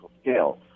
scale